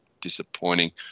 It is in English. disappointing